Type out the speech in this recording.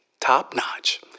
top-notch